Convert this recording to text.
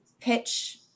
pitch